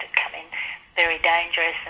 and very dangerous.